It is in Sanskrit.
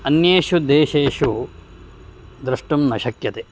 अन्येषु देशेषु द्रष्टुं न शक्यते